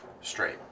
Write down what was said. Straight